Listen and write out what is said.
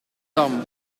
dam